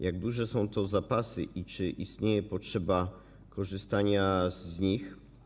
Jak duże są to zapasy i czy istnieje potrzeba korzystania z nich?